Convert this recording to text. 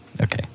Okay